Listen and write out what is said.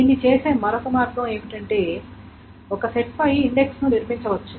దీన్ని చేసే మరొక మార్గం ఏమిటంటే ఒక సెట్ పై ఇండెక్స్ ను నిర్మించవచ్చు